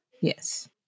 Yes